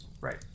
Right